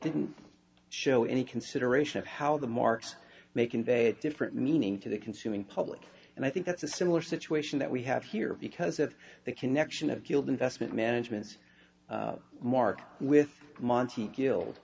didn't show any consideration of how the marks may convey a different meaning to the consuming public and i think that's a similar situation that we have here because of the connection of guild investment management market with monte